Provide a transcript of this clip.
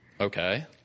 Okay